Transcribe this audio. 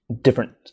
different